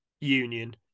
union